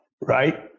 right